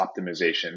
optimization